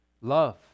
love